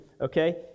okay